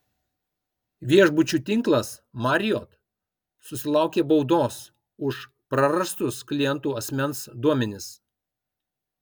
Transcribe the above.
viešbučių tinklas marriott susilaukė baudos už prarastus klientų asmens duomenis